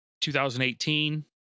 2018